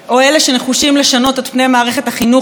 החינוך ואז להגיד לנו: מה רע בקצת יהדות,